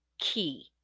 key